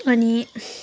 अनि